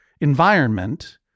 Environment